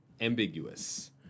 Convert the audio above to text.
ambiguous